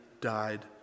died